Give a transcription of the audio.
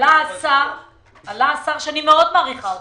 עלה השר שאני מאוד מעריכה אותו,